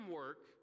work